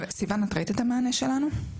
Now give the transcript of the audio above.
סיון, את ראית את המענה שלנו?